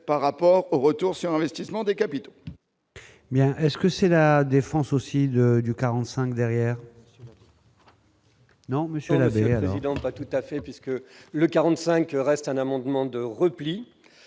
par rapport au retour sur investissement des capitaux